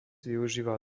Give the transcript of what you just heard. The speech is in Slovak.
využíva